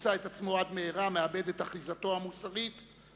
ימצא את עצמו עד מהרה מאבד את אחיזתו המוסרית ונפרד,